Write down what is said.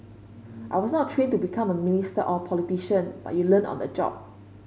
I was not trained to become a minister or a politician but you learn on the job